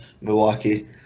Milwaukee